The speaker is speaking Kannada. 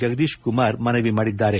ಜಗದೀಶ್ ಕುಮಾರ್ ಮನವಿ ಮಾಡಿದ್ದಾರೆ